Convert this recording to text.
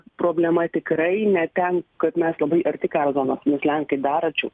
problema tikrai ne ten kad mes labai arti karo zonos nes lenkai dar arčiau